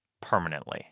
permanently